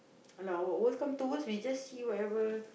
alah worst come to worse we just see whatever